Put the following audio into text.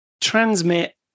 transmit